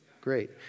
Great